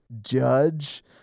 judge